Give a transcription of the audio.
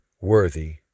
worthy